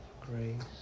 grace